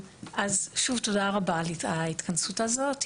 תודה רבה על ההתכנסות הזאת,